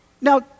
Now